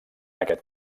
aquest